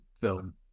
film